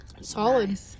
Solid